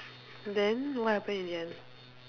then what happened in the end